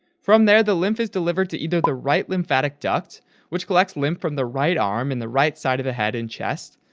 from there, the lymph is delivered to either the right lymphatic duct which collects lymph from the right arm and the right side of the head and chest,